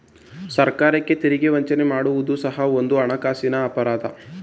ಸರ್ಕಾರಕ್ಕೆ ತೆರಿಗೆ ವಂಚನೆ ಮಾಡುವುದು ಸಹ ಒಂದು ಹಣಕಾಸಿನ ಅಪರಾಧ